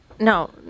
No